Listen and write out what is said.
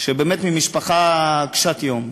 באמת ממשפחה קשת-יום,